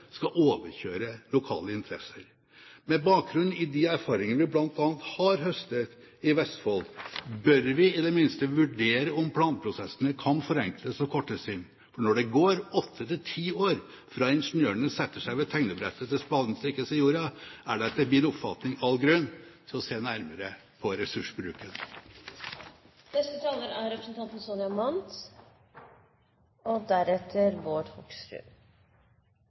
skal overkjøre lokale interesser. Med bakgrunn i de erfaringer vi bl.a. har høstet i Vestfold, bør vi i det minste vurdere om planprosessene kan forenkles og kortes inn, for når det går åtte–ti år fra ingeniørene setter seg ved tegnebrettet til spaden stikkes i jorda, er det etter min oppfatning all grunn til å se nærmere på ressursbruken. Ja, dette er en god dag for Vestfold, og